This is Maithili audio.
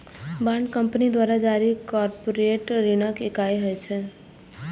बांड कंपनी द्वारा जारी कॉरपोरेट ऋणक इकाइ होइ छै